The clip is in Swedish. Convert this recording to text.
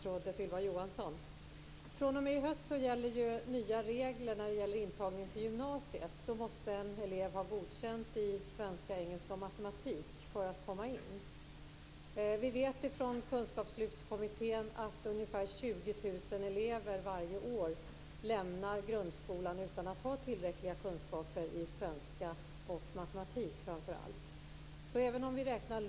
Fru talman! Jag har en fråga till statsrådet Ylva Från hösten gäller ju nya regler för intagning till gymnasiet. Då måste en elev ha godkänt i svenska, engelska och matematik för att komma in. Vi vet från Kunskapslyftskommittén att ca 20 000 elever varje år lämnar grundskolan utan att ha tillräckliga kunskaper i svenska och framför allt i matematik.